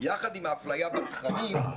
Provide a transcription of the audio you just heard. יחד עם האפליה בתכנים,